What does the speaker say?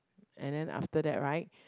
and then after that right